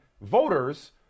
voters